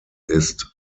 ist